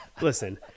listen